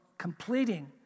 Completing